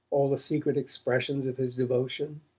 all the secret expressions of his devotion,